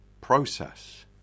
process